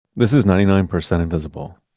this is ninety nine percent invisible.